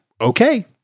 okay